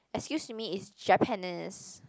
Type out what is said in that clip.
excuse me it's Japanese